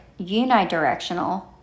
unidirectional